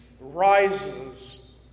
Rises